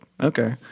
okay